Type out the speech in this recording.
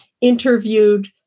interviewed